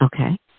Okay